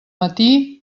matí